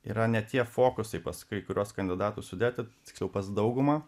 yra ne tie fokusai pas kai kuriuos kandidatus sudėti tiksliau pas daugumą